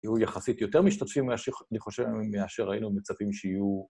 יהיו יחסית יותר משתתפים מאש... אני חושב... מאשר היינו מצפים שיהיו...